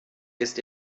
ist